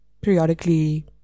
periodically